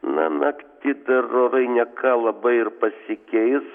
na naktį dar orai ne ką labai ir pasikeis